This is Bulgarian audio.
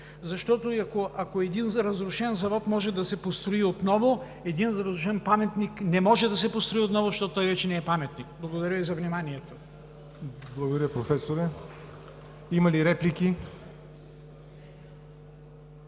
защото, ако един разрушен завод може да се построи отново, един разрушен паметник не може да се построи отново, защото той вече не е паметник. Благодаря Ви за вниманието. (Частични ръкопляскания.)